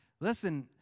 Listen